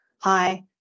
Hi